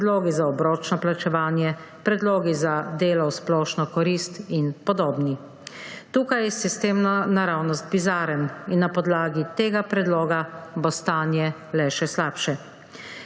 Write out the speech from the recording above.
predlogi za obročno plačevanje, predlogi za delo v splošno korist in podobni. Tukaj je sistem naravnost bizaren in na podlagi tega predloga bo stanje le še slabše.